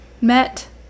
met